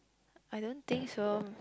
I don't think so